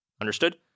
Understood